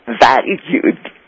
valued